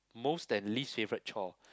most and least favourite chore